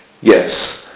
Yes